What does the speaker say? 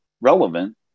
relevant